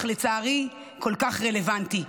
אך לצערי כל כך רלוונטי,